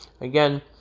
Again